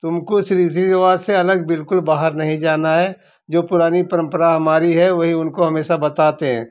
तुमको रीति रिवाज से अलग बिल्कुल बाहर नहीं जाना है जो पुरानी परम्परा हमारी है वही उनको हमेशा बताते हैं